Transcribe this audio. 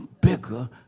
bigger